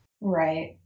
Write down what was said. Right